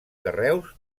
carreus